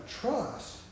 trust